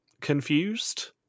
confused